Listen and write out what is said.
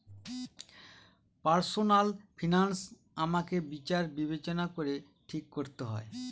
personal finance আমাকে বিচার বিবেচনা করে ঠিক করতে হয়